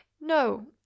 No